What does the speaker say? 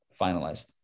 finalized